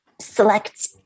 select